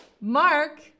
mark